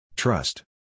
Trust